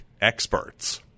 experts